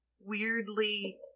weirdly